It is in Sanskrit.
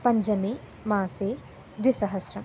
पञ्चममासे द्विसहस्रम्